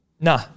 Nah